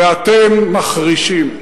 ואתם מחרישים.